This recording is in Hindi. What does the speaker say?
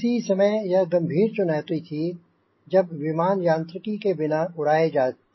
किसी समय यह गंभीर चुनौती थी जब विमान यांत्रिकी के बिना उड़ाए उड़ाई जाते थे